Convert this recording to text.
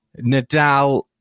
Nadal